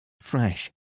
fresh